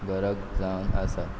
गरज जावन आसा